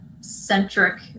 centric